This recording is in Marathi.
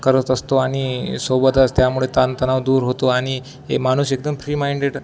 करत असतो आणि सोबतच त्यामुळे ताणतणाव दूर होतो आणि हे माणूस एकदम फ्री माइंडेड